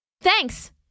Thanks